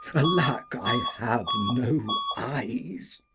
alack, i have no eyes.